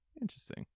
Interesting